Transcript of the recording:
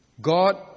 God